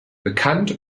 bekannt